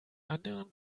anderen